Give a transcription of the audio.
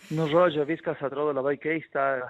nu žodžiu viskas atrodo labai keista